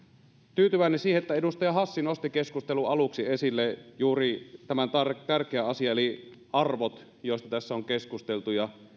tyytyväinen siihen että edustaja hassi nosti keskustelun aluksi esille juuri tämän tärkeän asian eli arvot joista tässä on keskusteltu